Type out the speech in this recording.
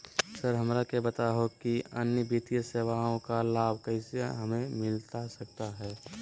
Sir हमरा के बताओ कि अन्य वित्तीय सेवाओं का लाभ कैसे हमें मिलता सकता है?